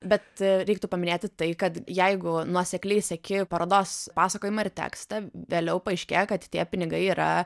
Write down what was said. bet reiktų paminėti tai kad jeigu nuosekliai seki parodos pasakojimą ir tekstą vėliau paaiškėja kad tie pinigai yra